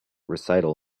recital